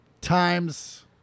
times